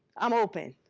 i'm open.